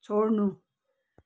छोड्नु